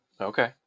Okay